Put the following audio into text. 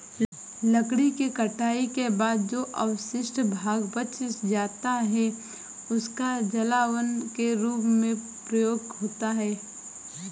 लकड़ी के कटाई के बाद जो अवशिष्ट भाग बच जाता है, उसका जलावन के रूप में प्रयोग होता है